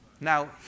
Now